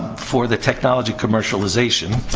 for the technology commercialization,